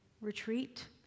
retreat